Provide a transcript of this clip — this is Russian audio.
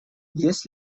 есть